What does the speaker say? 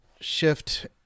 shift